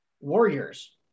Warriors